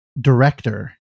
director